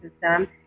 system